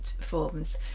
forms